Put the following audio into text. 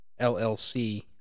LLC